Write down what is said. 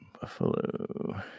Buffalo